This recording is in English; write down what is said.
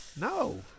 No